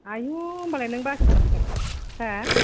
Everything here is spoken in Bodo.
आयौ होनबालाय नों बासिना लांफै खादो हो